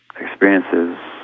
experiences